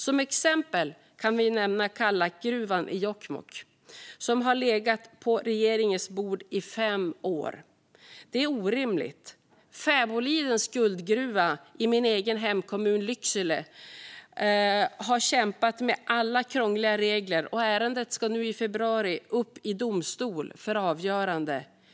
Som exempel kan nämnas Kallakgruvan i Jokkmokk, ett ärende som har legat på regeringens bord i fem år. Det är orimligt. Fäbolidens guldgruva i min hemkommun Lycksele har kämpat med alla krångliga regler, och ärendet ska i februari upp i domstol för avgörande.